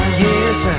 yes